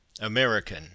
American